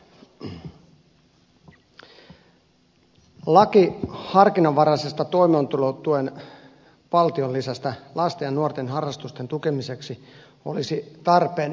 laki harkinnanvaraisesta toimeentulotuen valtionlisästä lasten ja nuorten harrastusten tukemiseksi olisi tarpeen monestakin syystä